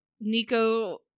Nico